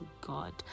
god